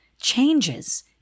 changes